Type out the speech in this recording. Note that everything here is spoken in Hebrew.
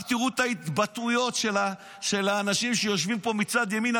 רק תראו את ההתבטאויות של האנשים שיושבים פה מצד ימין,